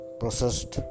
processed